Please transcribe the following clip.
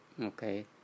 okay